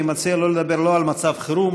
אני מציע לא לדבר על מצב חירום.